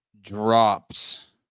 drops